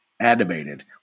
animated